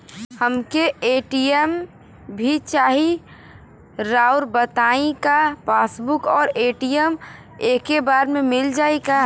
हमके ए.टी.एम भी चाही राउर बताई का पासबुक और ए.टी.एम एके बार में मील जाई का?